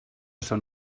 són